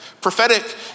Prophetic